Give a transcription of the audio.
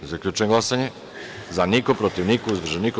Zaključujem glasanje: za – niko, protiv – niko, uzdržan – niko.